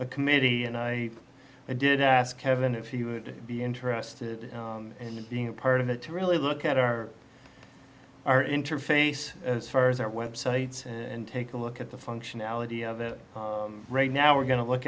a committee and i did ask kevin if he would be interested in being a part of the to really look at our our interface as far as our web sites and take a look at the functionality of it right now we're going to look